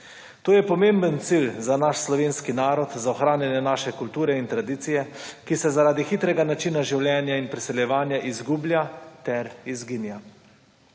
To je pomemben cilj za naš slovenski narod, za ohranjanje naše kulture in tradicije, ki se, zaradi hitrega načina življenja in preseljevanja izgublja ter izginja.